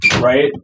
Right